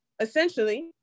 essentially